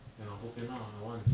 ya bobian lah that one